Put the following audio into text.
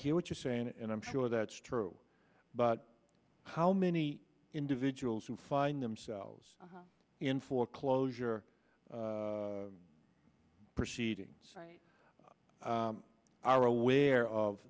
hear what you're saying and i'm sure that's true but how many individuals who find themselves in foreclosure proceedings are aware of